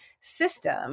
system